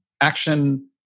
action